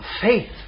faith